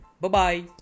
Bye-bye